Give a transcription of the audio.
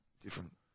different